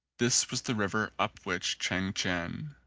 this was the river up which chang chien,